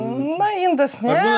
na indas ne